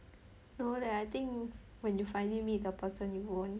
no leh I think when you finally meet the person you won't